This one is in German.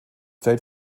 state